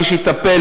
מי שיטפל,